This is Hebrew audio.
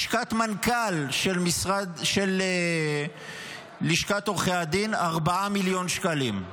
לשכת מנכ"ל של לשכת עורכי הדין, 4 מיליון שקלים,